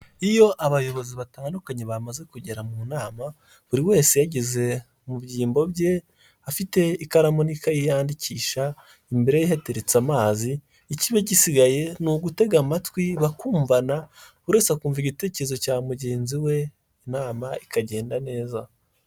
Iyo abayobozi batandukanye bamaze kugera mu nama buri wese yageze mu byimbo bye afite ikaramu n'ikayi yandikisha, imbere ye hateretse amazi, ikiba gisigaye ni ugutega amatwi bakumvana, buri wese akumva igitekerezo cya mugenzi we inama ikagenda neza.